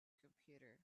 computer